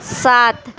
سات